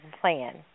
plan